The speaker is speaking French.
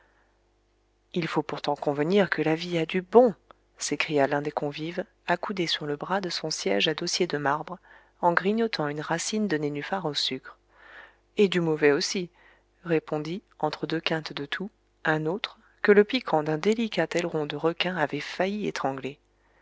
il faut pourtant convenir que la vie a du bon s'écria l'un des convives accoudé sur le bras de son siège à dossier de marbre en grignotant une racine de nénuphar au sucre et du mauvais aussi répondit entre deux quintes de toux un autre que le piquant d'un délicat aileron de requin avait failli étrangler